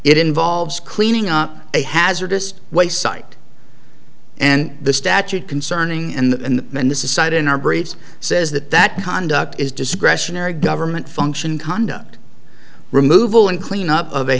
it involves cleaning up a hazardous waste site and the statute concerning and when this is site in our breeds says that that conduct is discretionary government function conduct removal and cleanup o